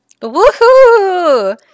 Woohoo